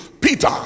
Peter